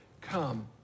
come